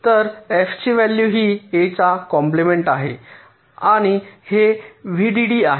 तर f ची value हि A चा कॉम्पलिमेन्ट आहे आणि हे व्हीडीडी आहे